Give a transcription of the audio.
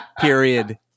period